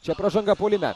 čia pražanga puolime